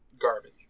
garbage